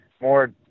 more